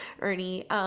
Ernie